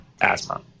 asthma